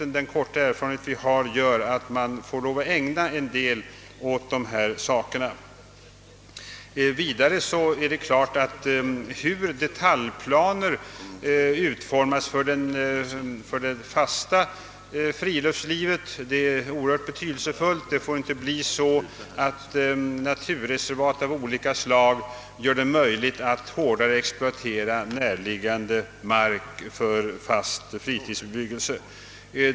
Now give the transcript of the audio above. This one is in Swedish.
Den korta erfarenhet vi har gör nog att man får ägna en del uppmärksamhet åt de frågorna. Vidare är det oerhört betydelsefullt på vilket sätt detaljplanerna utformas för det fasta friluftslivet. Det får inte bli så att naturreservat av olika slag gör att det verkställes en hårdare exploatering för fast fritidsbebyggelse av närliggande mark.